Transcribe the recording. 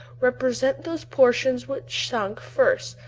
represent those portions which sunk first,